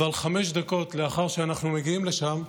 אבל חמש דקות לאחר שאנחנו מגיעים לשם,